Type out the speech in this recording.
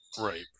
Right